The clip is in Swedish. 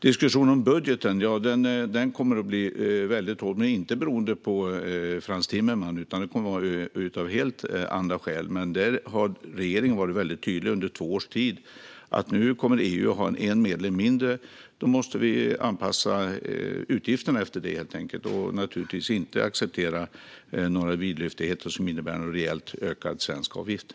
Diskussionen om budgeten kommer att bli väldigt hård, men inte beroende på Frans Timmermans utan av helt andra skäl. Regeringen har under två års tid varit väldigt tydlig med att vi nu när EU kommer att ha en medlem mindre helt enkelt måste anpassa utgifterna efter det. Vi ska naturligtvis inte acceptera några vidlyftigheter som innebär en rejäl ökning av den svenska avgiften.